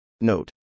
Note